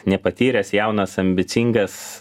nepatyręs jaunas ambicingas